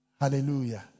Hallelujah